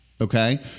Okay